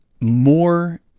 more